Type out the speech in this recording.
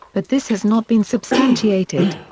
but this has not been substantiated.